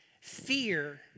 Fear